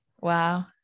Wow